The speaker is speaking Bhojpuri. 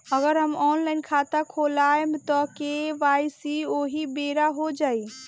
अगर हम ऑनलाइन खाता खोलबायेम त के.वाइ.सी ओहि बेर हो जाई